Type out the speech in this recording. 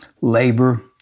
labor